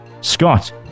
Scott